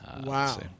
Wow